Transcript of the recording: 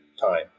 time